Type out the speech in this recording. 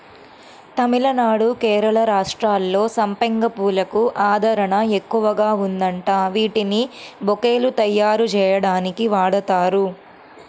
తమిళనాడు, కేరళ రాష్ట్రాల్లో సంపెంగ పూలకు ఆదరణ ఎక్కువగా ఉందంట, వీటిని బొకేలు తయ్యారుజెయ్యడానికి వాడతారు